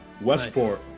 Westport